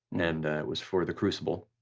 and it was for the crucible,